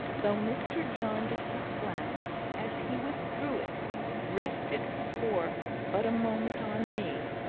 though mr. jarndyce's glance as he withdrew it rested for but a moment on me,